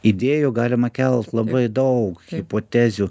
idėjų galima kelt labai daug hipotezių